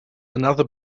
another